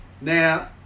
Now